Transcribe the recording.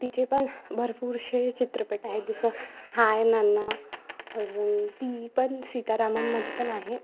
तिचे पण भरपूर असे चित्रपट आहेत जसं हाय नाना अजून ती पण सीता रामममध्ये पण आहे